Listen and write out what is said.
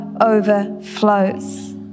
overflows